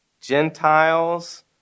Gentiles